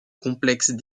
complexes